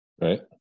Right